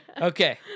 Okay